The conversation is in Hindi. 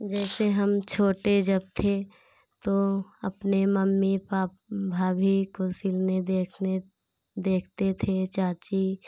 जैसे हम छोटे जब थे तो अपने मम्मी भाभी को सिलने देखने देखते थे चाची